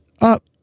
up